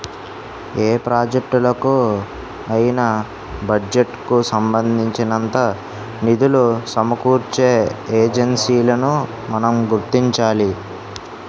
ఏ ప్రాజెక్టులకు అయినా బడ్జెట్ కు సంబంధించినంత నిధులు సమకూర్చే ఏజెన్సీలను మనం గుర్తించాలి